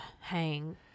hang